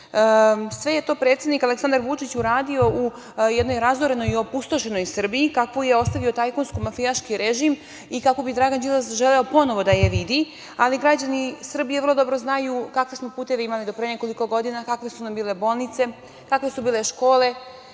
je to predsednik Aleksandar Vučić uradio u jednoj razorenoj, opustošenoj Srbiji, kakvu je ostavio tajkunsko-mafijaški režim i kako bi Dragan Đilas želeo ponovo da je vidi, ali građani Srbije vrlo dobro znaju kakve smo puteve imali do pre nekoliko godina, kakve su nam bile bolnice, kakve su bile škole,